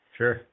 sure